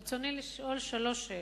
ברצוני לשאול שלוש שאלות: